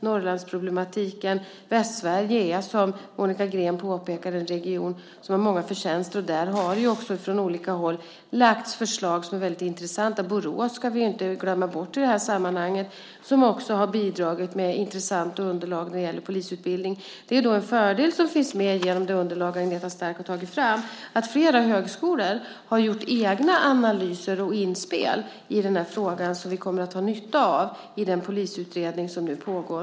Norrlandsproblematiken känner vi till, och Västsverige är, som Monica Green påpekar, en region som har många förtjänster. Där har det också från olika håll lagts fram förslag som är väldigt intressanta. Borås ska vi inte glömma bort i det här sammanhanget som också har bidragit med intressanta underlag när det gäller polisutbildning. Det är en fördel som finns i det underlag som Agneta Stark har tagit fram att flera högskolor har gjort egna analyser och inspel i den här frågan, som vi kommer att ha nytta av i den polisutredning som nu pågår.